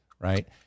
right